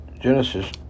Genesis